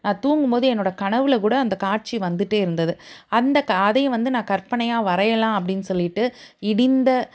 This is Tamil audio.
நான் தூங்கும் போது என்னோடய கனவில் கூட அந்த காட்சி வந்துகிட்டே இருந்தது அந்த கதையை வந்து நான் கற்பனையாக வரையலாம் அப்படின்னு சொல்லிகிட்டு இடிந்த